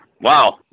Wow